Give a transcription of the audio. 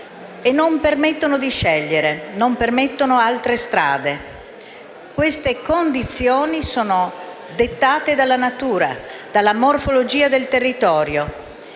e non permettono di scegliere, non permettono altre strade. Queste condizioni sono dettate dalla natura, dalla morfologia del territorio: